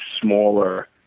smaller